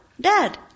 dad